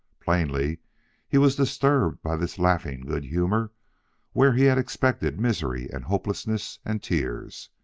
plainly he was disturbed by this laughing good-humor where he had expected misery and hopelessness and tears.